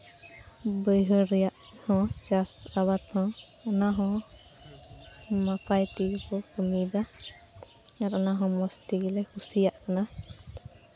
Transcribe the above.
ᱵᱟᱹᱭᱦᱟᱹᱲ ᱨᱮᱭᱟᱜ ᱦᱚᱸ ᱪᱟᱥ ᱟᱵᱟᱫ ᱦᱚᱸ ᱚᱱᱟ ᱦᱚᱸ ᱱᱟᱯᱟᱭ ᱛᱮᱜᱮ ᱠᱚ ᱠᱟᱹᱢᱤᱭᱫᱟ ᱟᱨ ᱚᱱᱟ ᱦᱚᱸ ᱢᱚᱡᱽ ᱛᱮᱜᱮᱞᱮ ᱠᱩᱥᱤᱭᱟᱜ ᱠᱟᱱᱟ